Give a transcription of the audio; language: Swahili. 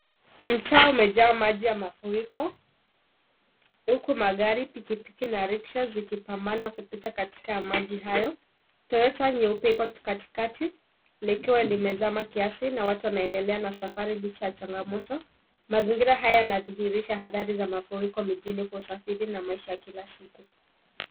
Mta umejaa maji ya mafuriko magari pikipiki na riksha zinang'ang'ana kupita katika maji hayo. Toyota nyeupe iko katikati likiwa limezama kiasi na watu wanaendelea na safari licha ya changamoto. mazingira yanaashiria athari za mafuriko mijini katika usafiri na maisha ya kila siku.